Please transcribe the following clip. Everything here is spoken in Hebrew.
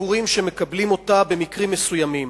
ציבורים שמקבלים אותה במקרים מסוימים.